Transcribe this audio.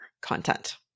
content